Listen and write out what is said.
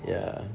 ya